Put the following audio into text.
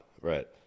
right